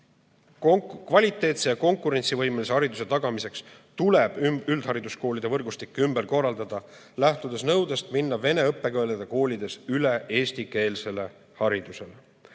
Kvaliteetse ja konkurentsivõimelise hariduse tagamiseks tuleb üldhariduskoolide võrgustik ümber korraldada, lähtudes nõudest minna vene õppekeelega koolides üle eestikeelsele haridusele.